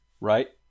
right